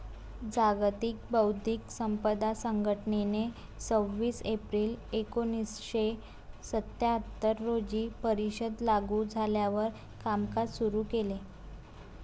जागतिक बौद्धिक संपदा संघटनेने सव्वीस एप्रिल एकोणीसशे सत्याहत्तर रोजी परिषद लागू झाल्यावर कामकाज सुरू केले